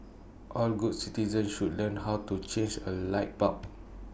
all good citizens should learn how to change A light bulb